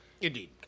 Indeed